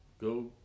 Go